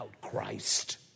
Christ